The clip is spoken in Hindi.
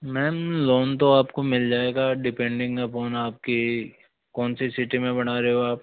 मैम लोन तो आपको मिल जाएगा डिपेंडिंग अपॉन आपकी कौन सी सिटी में बना रहे हो आप